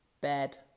bed